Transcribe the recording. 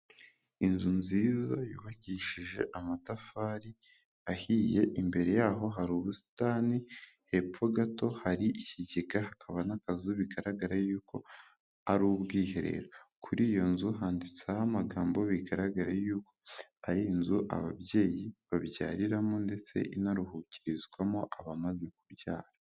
Inzu nziza yubakishije amatafari ahiye imbere yaho hari ubusitani, hepfo gato hari ikigega hakaba n'akazu bigaragara yuko ari ubwiherero, kuri iyo nzu handitseho amagambo bigaraga yuko ari inzu ababyeyi babyariramo ndetse inaruhukirizwamo abamaze kubyara.